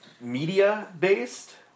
media-based